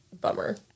bummer